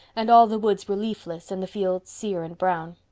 and all the woods were leafless and the fields sere and brown.